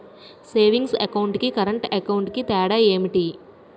Savings account కి current account కి తేడా ఏమిటి?